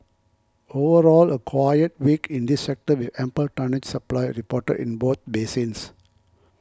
overall a quiet week in this sector with ample tonnage supply reported in both basins